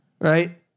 right